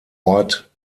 ort